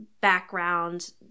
background